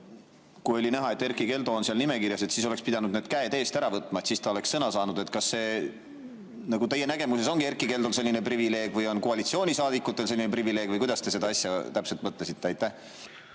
kui oli näha, et Erkki Keldo on seal nimekirjas, siis oleks pidanud need käed eest ära võtma, siis ta oleks sõna saanud. Kas teie nägemuses ongi Erkki Keldol selline privileeg või on koalitsioonisaadikutel selline privileeg või kuidas te seda asja täpselt mõtlesite?